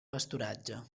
pasturatge